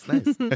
Nice